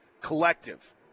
collective